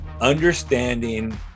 understanding